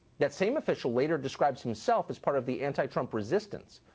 that same official later describes himself as part of the anti-trump resistance.